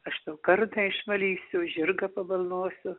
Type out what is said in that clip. aš tau kardą išvalysiu žirgą pabalnosiu